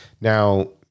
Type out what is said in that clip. Now